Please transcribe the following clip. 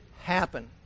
happen